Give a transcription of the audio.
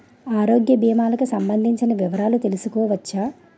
ఆరోగ్య భీమాలకి సంబందించిన వివరాలు తెలుసుకోవచ్చా?